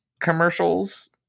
commercials